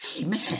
Amen